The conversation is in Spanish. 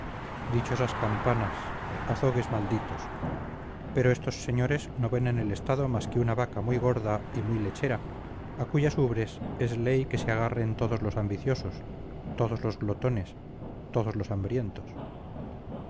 estamento dichosas campanas azogues malditos pero estos señores no ven en el estado más que una vaca muy gorda y muy lechera a cuyas ubres es ley que se agarren todos los ambiciosos todos los glotones todos los hambrientos